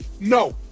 no